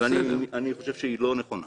אני חושב שהיא לא נכונה